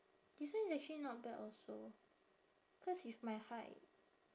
this one is actually not bad also cause with my height